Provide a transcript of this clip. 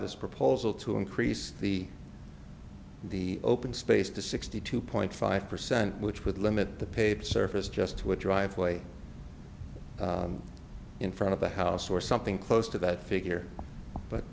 this proposal to increase the the open space to sixty two point five percent which would limit the paved surface just to a driveway in front of the house or something close to that figure but